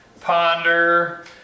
ponder